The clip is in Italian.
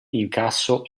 incasso